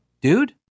dude